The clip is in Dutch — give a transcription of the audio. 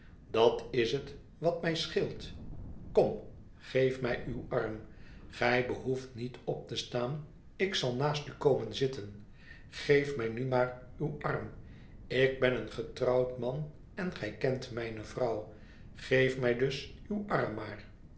dat is het wat mij scheelt kom geef mij uw arm gij behoeft niet op te staan ik zal naast u komen zitten geef mij nu maar uw arm ik ben een getrouwd man en gij kent mijne vrouw geef mij dus uw arm maar